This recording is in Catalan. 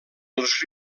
els